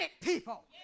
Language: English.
people